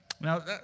Now